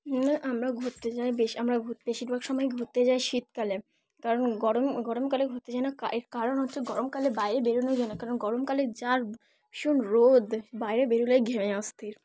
আমরা ঘুরতে যাই বেশ আমরা বেশিরভাগ সময় ঘুরতে যাই শীতকালে কারণ গরম গরমকালে ঘুরতে যা এর কারণ হচ্ছে গরমকালে বাইরে বেরোনোই যায়না কারণ গরমকালে যার ভীষণ রোদ বাইরে বেরোলেই ঘেমে অস্থির